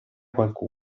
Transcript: qualcuno